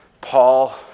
Paul